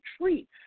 treat